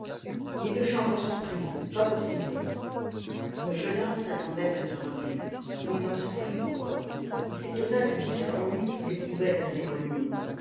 mes deux chambres sont prises pas possible le jeune homme s'attendait à ce refus et il en souffrit pourtant il s'étonna du brusque ennui qu'il éprouvait à s'éloigner